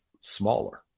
smaller